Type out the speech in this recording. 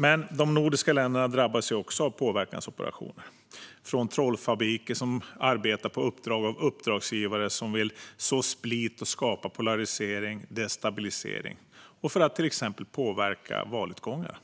Men de nordiska länderna drabbas också av påverkansoperationer från trollfabriker som arbetar på uppdrag av uppdragsgivare som vill så split och skapa polarisering och destabilisering för att till exempel påverka valutgångar.